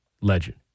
legend